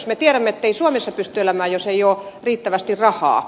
me tiedämme ettei suomessa pysty elämään jos ei ole riittävästi rahaa